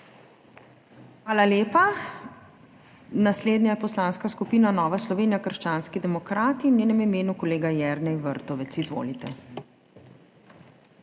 Hvala lepa. Naslednja je poslanska skupina Nova Slovenija – krščanski demokrati, v njenem imenu kolega Jernej Vrtovec. Izvolite.